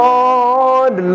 Lord